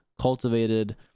cultivated